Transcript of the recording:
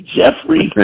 Jeffrey